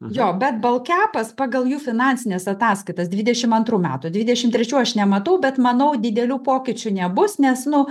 jo bet balkepas pagal jų finansines ataskaitas dvidešimt antrų metų dvidešim trečių aš nematau bet manau didelių pokyčių nebus nes nu